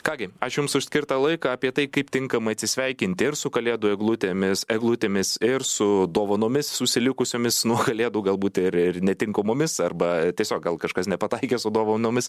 ką gi ačiū jums už skirtą laiką apie tai kaip tinkamai atsisveikinti ir su kalėdų eglutėmis eglutėmis ir su dovanomis užsilikusiomis nuo kalėdų galbūt ir ir netinkamomis arba tiesiog gal kažkas nepataikė su dovanomis